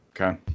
Okay